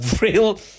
real